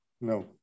No